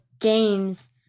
games